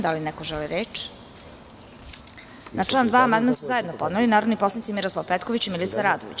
Da li neko želi reč? (Ne) Na član 2. amandman su zajedno podneli narodni poslanici Miroslav Petković i Milica Radović.